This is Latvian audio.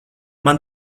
man